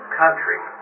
country